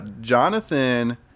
Jonathan